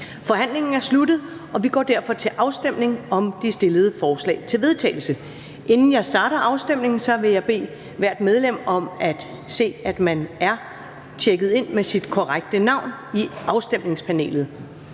Forhandlingen er sluttet, og vi går derfor til afstemning om de stillede forslag til vedtagelse. Inden jeg starter afstemningen, vil jeg bede hvert medlem om at se, om man er tjekket ind med sit korrekte navn i afstemningspanelet.